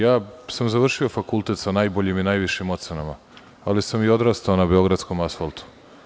Ja sam završio fakultet sa najboljim i najvišim ocenama, ali sam i odrastao na beogradskom asfaltu.